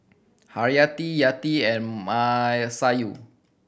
Haryati Yati and Masayu